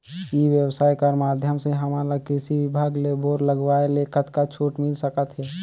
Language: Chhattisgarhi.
ई व्यवसाय कर माध्यम से हमन ला कृषि विभाग ले बोर लगवाए ले कतका छूट मिल सकत हे?